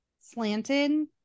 slanted